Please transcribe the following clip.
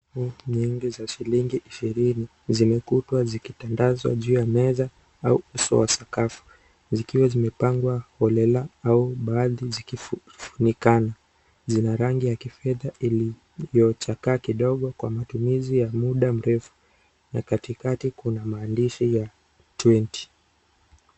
Pesa nyingi za shilingi ishirini zimekutwa zikitandazwa juu ya meza au uso wa sakafu zikiwa zimepangwa holela au baadhi sikifunikana zina rangi ya kifedha iliyo chakaa kidogo kwa matumizi ya muda mrefu na katikati kuna maandishi ya twenty .